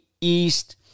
East